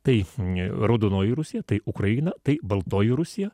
tai raudonoji rusija tai ukraina tai baltoji rusija